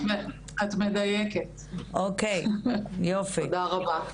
כן, את מדייקת תודה רבה.